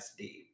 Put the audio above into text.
SD